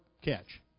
catch